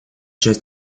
часть